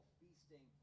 feasting